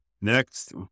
next